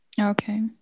okay